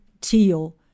teal